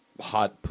hot